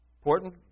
important